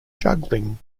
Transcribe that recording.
juggling